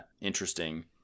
interesting